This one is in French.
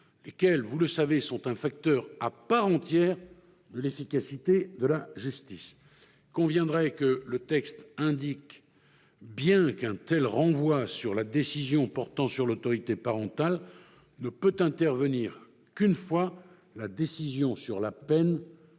lesquels sont un facteur à part entière de l'efficacité de la justice. Il conviendrait que le texte précise bien qu'un tel renvoi de la décision portant sur l'autorité parentale ne peut intervenir qu'une fois la décision sur la peine